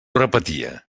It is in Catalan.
repetia